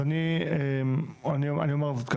אז אני אומר זאת כך,